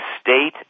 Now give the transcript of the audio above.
state